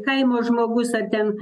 kaimo žmogus ar ten